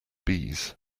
bees